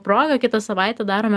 proga kitą savaitę darome